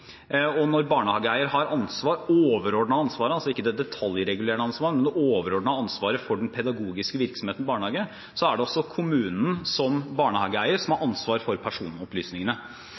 og når barnehageeier har det overordnede ansvaret, ikke det detaljregulerende ansvaret, for den pedagogiske virksomheten i en barnehage, er det også kommunen som barnehageeier som har ansvaret for personopplysningene.